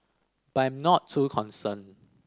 but I'm not too concerned